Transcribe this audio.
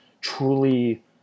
truly